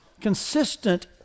consistent